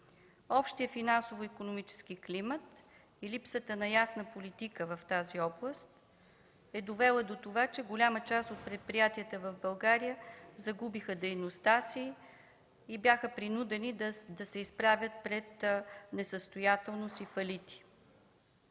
Общият финансово-икономически климат и липсата на ясна политика в тази област са довели до това, че голяма част от предприятията в България загубиха дейността си и бяха принудени да се изправят пред несъстоятелност и фалити.